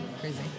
crazy